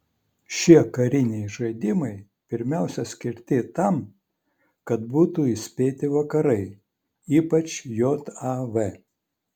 šie kariniai žaidimai pirmiausia skirti tam kad būtų įspėti vakarai ypač jav